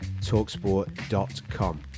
TalkSport.com